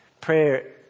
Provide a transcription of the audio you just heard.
Prayer